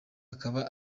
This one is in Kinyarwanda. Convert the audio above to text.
akaba